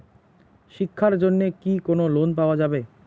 শিক্ষার জন্যে কি কোনো লোন পাওয়া যাবে?